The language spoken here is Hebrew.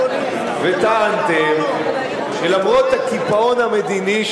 אדוני וטענתם שלמרות הקיפאון המדיני,